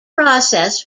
process